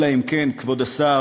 אלא אם כן כבוד השר